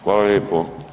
Hvala lijepo.